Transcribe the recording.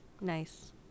Nice